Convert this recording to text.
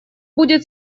будет